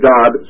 God